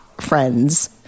friends